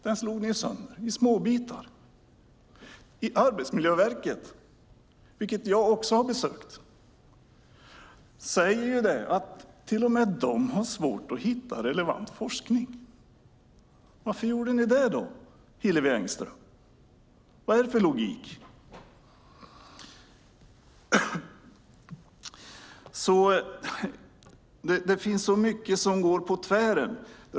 Men den slog ni sönder i småbitar. På Arbetsmiljöverket, som jag också har besökt, säger de att till och med de har svårt att hitta relevant forskning. Varför slog ni sönder forskningen, Hillevi Engström? Vad är det för logik? Det finns så mycket som går på tvären.